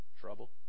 Trouble